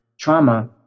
trauma